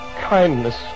kindness